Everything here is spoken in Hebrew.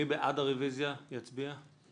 אנחנו מצביעים על הרוויזיה על מה שקראה היועצת המשפטית.